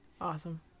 awesome